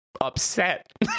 upset